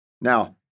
Now